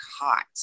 hot